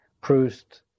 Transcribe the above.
Proust